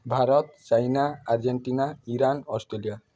Bharat China Argentina Iran Australia